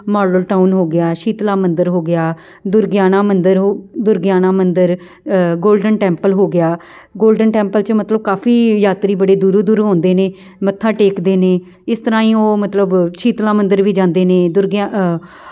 model Town ਹੋ ਗਿਆ ਸ਼ੀਤਲਾ ਮੰਦਰ ਹੋ ਗਿਆ ਦੁਰਗਿਆਣਾ ਮੰਦਰ ਹੋ ਦੁਰਗਿਆਣਾ ਮੰਦਰ ਗੋਲਡਨ ਟੈਂਪਲ ਹੋ ਗਿਆ ਗੋਲਡਨ ਟੈਂਪਲ 'ਚ ਮਤਲਬ ਕਾਫੀ ਯਾਤਰੀ ਬੜੇ ਦੂਰੋਂ ਦੂਰ ਹੁੰਦੇ ਨੇ ਮੱਥਾ ਟੇਕਦੇ ਨੇ ਇਸ ਤਰ੍ਹਾਂ ਹੀ ਉਹ ਮਤਲਬ ਸ਼ੀਤਲਾ ਮੰਦਰ ਵੀ ਜਾਂਦੇ ਨੇ ਦੁਰਗਿਆ